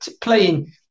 playing